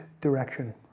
direction